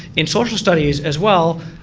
in social studies as well,